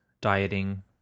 dieting